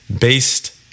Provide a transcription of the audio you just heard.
based